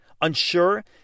unsure